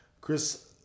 Chris